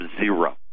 zero